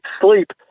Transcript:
sleep